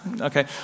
Okay